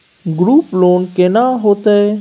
Group loan केना होतै?